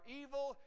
evil